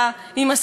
היא מכילה.